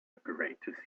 apparatus